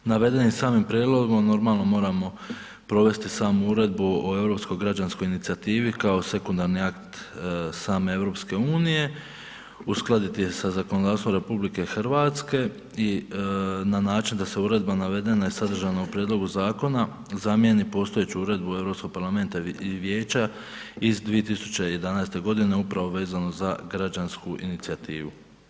Navedenim samim prijedlogom normalno moramo provesti samu Uredbu o europsko građanskoj inicijativi kao sekundarni akt same EU, uskladiti je sa zakonodavstvom RH i na način da uredba navedena i sadržana u prijedlogu zakona zamijeni postojeću Uredbu Europskog parlamenta i Vijeća iz 2011. godine upravo vezano za građansku inicijativu.